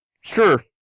Sure